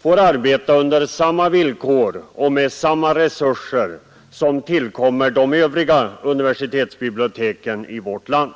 får arbeta under samma villkor och med samma resurser som tillkommer de övriga universitetsbiblioteken i vårt land.